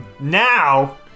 Now